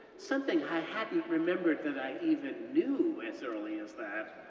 something i hadn't remembered that i even knew as early as that,